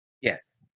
Yes